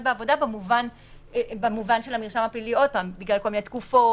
בעבודה במובן של המרשם הפלילי בגלל כל מיני תקופות,